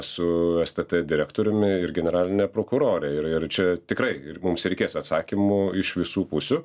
su stt direktoriumi ir generaline prokurore ir ir čia tikrai mums reikės atsakymų iš visų pusių